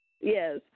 yes